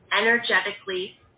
energetically